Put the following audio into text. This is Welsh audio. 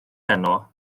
heno